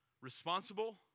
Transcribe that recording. responsible